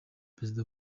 perezida